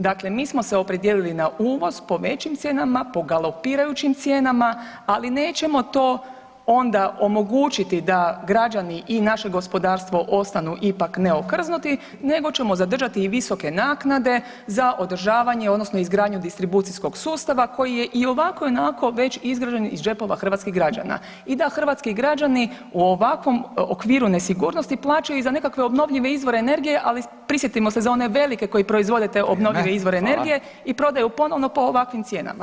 Dakle, mi smo se opredijelili na uvoz po većim cijenama, po galopirajućim cijenama ali nećemo to onda omogućiti da građani i naše gospodarstvo ostanu ipak neokrznuti nego ćemo zadržati i visoke naknade za održavanje odnosno izgradnju distribucijskog sustava koji je i ovako i onako već izgrađen iz džepova hrvatskih građana i da hrvatski građani u ovakvom okviru nesigurnosti plaćaju i za nekakve obnovljive izvore energije, ali prisjetimo se za one velike koji proizvode te obnovljive izvore energije [[Upadica Radin: Vrijeme, hvala.]] i prodaju ponovno po ovakvim cijenama.